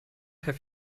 have